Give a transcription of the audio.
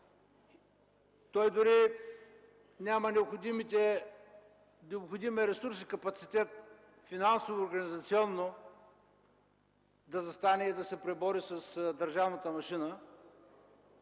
дори няма необходимия ресурс, капацитет, финансово организационен, да застане и да се пребори с държавната машина.